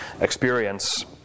experience